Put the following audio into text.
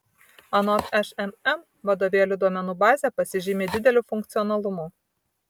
anot šmm vadovėlių duomenų bazė pasižymi dideliu funkcionalumu